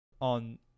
on